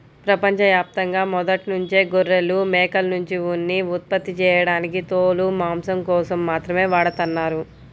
ప్రపంచ యాప్తంగా మొదట్నుంచే గొర్రెలు, మేకల్నుంచి ఉన్ని ఉత్పత్తి చేయడానికి తోలు, మాంసం కోసం మాత్రమే వాడతన్నారు